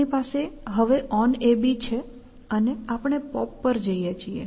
આપણી પાસે હવે onAB છે અને આપણે પોપ પર જઈએ છીએ